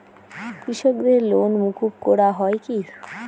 কৃষকদের লোন মুকুব করা হয় কি?